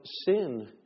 sin